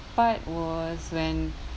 part was when